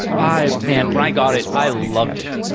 i man, when i got it, i loved it.